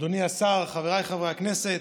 אדוני השר, חבריי חברי הכנסת,